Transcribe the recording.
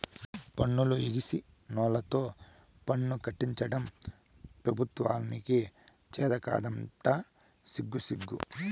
పన్నులు ఎగేసినోల్లతో పన్నులు కట్టించడం పెబుత్వానికి చేతకాదంట సిగ్గుసిగ్గు